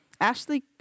Ashley